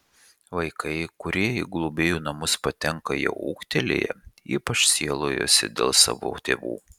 vaikai kurie į globėjų namus patenka jau ūgtelėję ypač sielojasi dėl savo tėvų